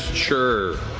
sure.